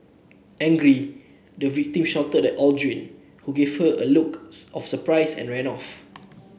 angry the victim shouted at Aldrin who gave her a look of surprise and ran off